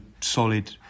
solid